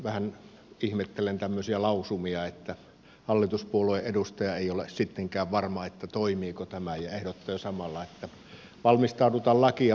vähän ihmettelen tämmöisiä lausumia että hallituspuolueen edustaja ei ole sittenkään varma toimiiko tämä ja ehdottaa samalla että valmistaudutaan lakia muuttamaan